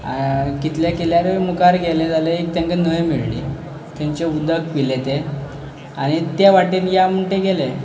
कितले केल्यार मुखार गेले जाल्यार एक तेंकां न्हंय मेयळ्ळी थंनचे उदक पिले ते आनी त्या वाटेन या म्हणटा थंय गेले